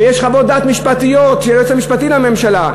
ויש חוות דעת משפטיות של היועץ המשפטי לממשלה,